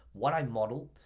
what i model,